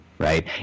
right